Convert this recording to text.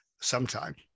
sometime